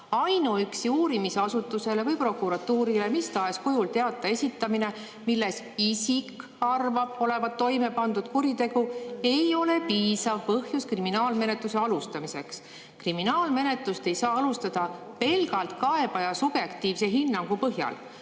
Ainuüksi uurimisasutusele või prokuratuurile mis tahes kujul teate esitamine, milles isik arvab, et toime olevat pandud kuritegu, ei ole piisav põhjus kriminaalmenetluse alustamiseks, kriminaalmenetlust ei saa alustada pelgalt kaebaja subjektiivse hinnangu põhjal.